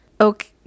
okay